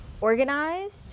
organized